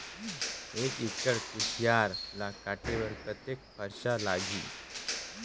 एक एकड़ कुसियार ल काटे बर कतेक खरचा लगही?